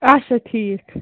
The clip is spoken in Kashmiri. اَچھا ٹھیٖک